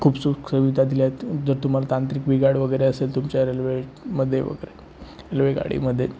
खूप सुखसुविधा दिल्यात जर तुम्हाला तांत्रिक बिघाड वगैरे असेल तुमच्या रेल्वेमध्ये वगैरे रेल्वेगाडीमध्ये